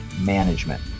Management